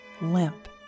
limp